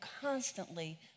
constantly